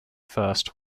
first